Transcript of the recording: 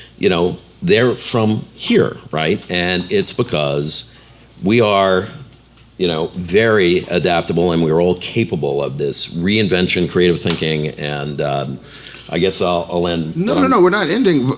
you know they're from here, right, and it's because we are you know very adaptable and we are all capable of this reinvention, creative thinking and i guess i'll end one. no, no, no, we're not ending.